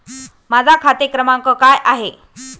माझा खाते क्रमांक काय आहे?